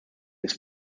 his